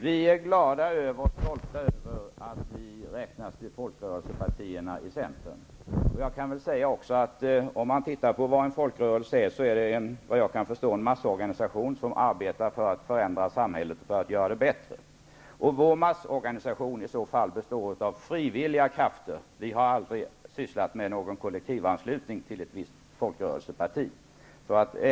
Fru talman! Vi är glada och stolta över att Centern räknas till folkrörelsepartierna. Om man tittar på vad en folkrörelse är, finner man att det är en massorganisation, som arbetar för att förändra samhället och göra det bättre. Vår massorganisation består då av frivilliga krafter -- vi har aldrig sysslat med någon kollektivanslutning till partiet.